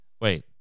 wait